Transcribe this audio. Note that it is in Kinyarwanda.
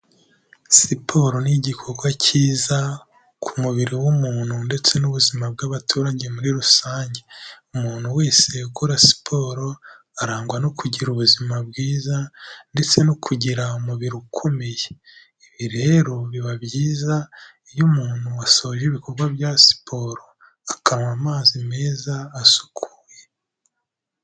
Siporo ni igikorwa cyiza ku mubiri w'umuntu ndetse n'ubuzima bw'abaturage muri rusange, umuntu wese ukora siporo arangwa no kugira ubuzima bwiza ndetse no kugira umubiri ukomeye, ibi rero biba byiza iyo umuntu asoje ibikorwa bya siporo akanywa amazi meza asukuye.